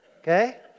okay